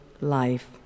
life